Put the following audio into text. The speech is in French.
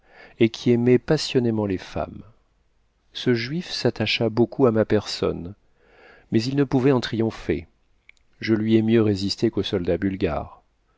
et qui aimait passionnément les femmes ce juif s'attacha beaucoup à ma personne mais il ne pouvait en triompher je lui ai mieux résisté qu'au soldat bulgare